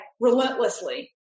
relentlessly